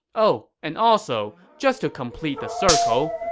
oh and also, just to complete the circle,